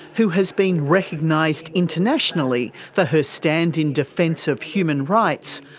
who has been recognised internationally for her stand in defence of human rights,